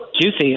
juicy